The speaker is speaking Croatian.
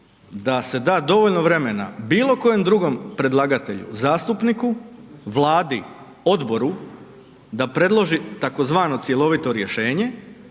da se da dovoljno vremena bilo koje drugom predlagatelju zastupniku, vladi, odboru da predloži tzv. cjelovito rješenje,